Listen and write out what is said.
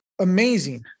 amazing